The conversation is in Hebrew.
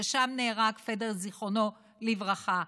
ששם נהרג פדר זיכרונו לברכה.